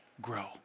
grow